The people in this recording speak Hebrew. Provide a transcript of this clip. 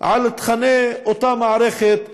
על תוכני אותה מערכת.